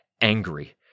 angry